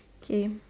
K